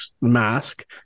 mask